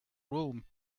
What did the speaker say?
room